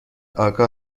آگاه